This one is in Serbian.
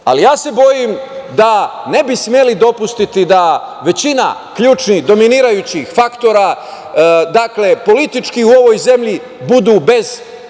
Ali, ja se bojim da ne bi smeli dopustiti da većina ključnih, dominirajućih faktora političkih u ovoj zemlji budu bez